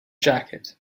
jacket